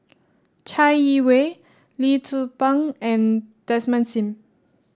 Chai Yee Wei Lee Tzu Pheng and Desmond Sim